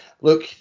look